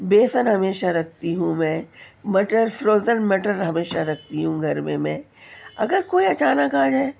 بیسن ہمیشہ رکھتی ہوں میں مٹر فروزر مٹر ہمیشہ رکھتی ہوں گھر میں میں اگر کوئی اچانک آجائے